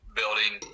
building